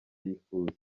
yifuza